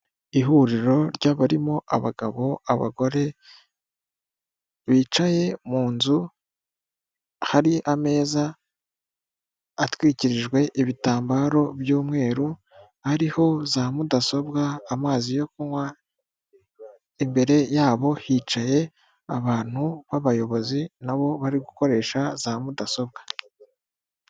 Ihuriro ry'abarimo abagabo, abagore bicaye mu nzu hari ameza atwikirijwe ibitambaro by'umweru ariho za mudasobwa amazi yo kunywa, imbere yabo hicaye abantu b'abayobozi nabo bari gukoresha za mudasobwa.